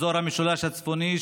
אזור המשולש הצפוני,